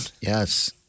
Yes